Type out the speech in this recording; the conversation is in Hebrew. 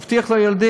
הוא הבטיח לו ילדים,